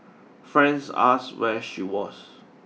friends asked where she was